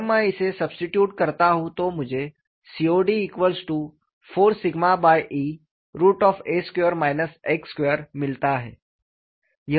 जब मैं इसे सबस्टिट्यूट करता हूं तो मुझे COD4Ea2 x2 मिलता है